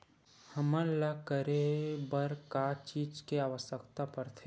हमन ला करे बर का चीज के आवश्कता परथे?